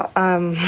i